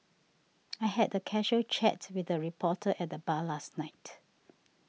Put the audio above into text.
I had a casual chat with a reporter at the bar last night